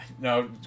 No